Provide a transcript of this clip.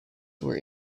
were